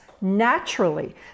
naturally